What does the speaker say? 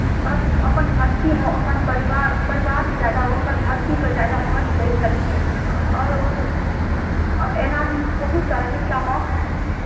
भक्त अपन भक्तिमे ओ अपन परिवार परिवारसँ ज्यादा ओ अपन भक्तिके जायदा महत्व दै छलखिन आओर ओ एनाही बहुत सारा मिथिलामे